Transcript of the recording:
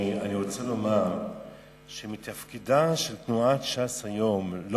אני רוצה לומר שמתפקידה של תנועת ש"ס היום לא